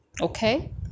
okay